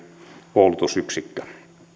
koulutusyksikkö